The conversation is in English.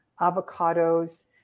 avocados